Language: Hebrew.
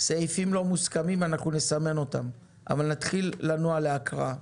סעיפים לא מוסכמים אנחנו נסמן אותם אבל נתחיל לנוע להקראה.